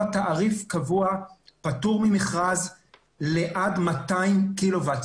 תעריף קבוע פטור ממכרז עד 200 קילוואט.